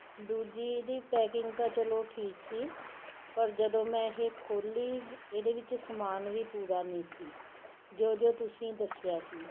ਦੂਜੀ ਇਹਦੀ ਪੈਕਿੰਗ ਤਾਂ ਚਲੋ ਠੀਕ ਸੀ ਪਰ ਜਦੋਂ ਮੈਂ ਇਹ ਖੋਲ੍ਹੀ ਇਹਦੇ ਵਿੱਚ ਸਮਾਨ ਵੀ ਪੂਰਾ ਨਹੀਂ ਸੀ ਜੋ ਜੋ ਤੁਸੀਂ ਦੱਸਿਆ ਸੀ